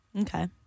Okay